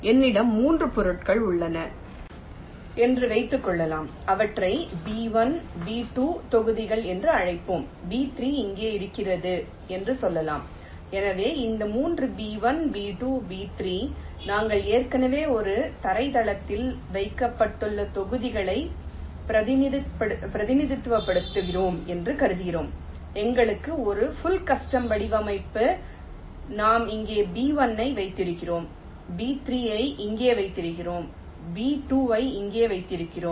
என்னிடம் மூன்று பொருட்கள் உள்ளன என்று வைத்து கொள்ளலாம் அவற்றை B1 B2 தொகுதிகள் என்று அழைப்போம் B3 இங்கே இருக்கிறது என்று சொல்லலாம் எனவே இந்த மூன்று B1 B2 B3 நாங்கள் ஏற்கனவே ஒரு தரைத்தளத்தில் வைக்கப்பட்டுள்ள தொகுதிகளை பிரதிநிதித்துவப்படுத்துகிறோம் என்று கருதுகிறோம் எங்களுக்கு ஒரு பியூல் கஸ்டம் வடிவமைப்பு நாம் இங்கே B1 ஐ வைத்திருக்கிறோம் B3 ஐ இங்கே வைத்திருக்கிறோம் B2 ஐ இங்கே வைத்திருக்கிறோம்